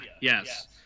yes